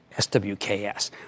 SWKS